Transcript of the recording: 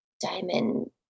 diamond